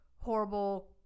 horrible